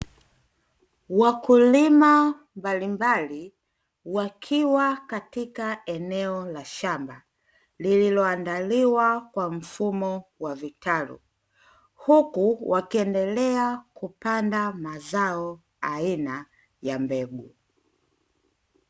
Wakulima mbalimbali wakiwa katika eneo la shamba lililoandaliwa kwa mfumo wa vitalu, huku wakiendelea kupanda mazao aina ya mbegu.